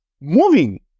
moving